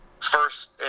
First